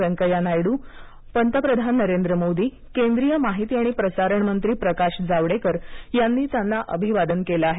वेंकय्या नायडू पंतप्रधान नरेंद्र मोदी केंद्रीय माहिती आणि प्रसारण मंत्री प्रकाश जावडेकर यांनी त्यांना अभिवादन केलं आहे